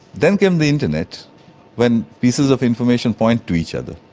then came the internet when pieces of information point to each other,